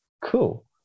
cool